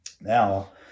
now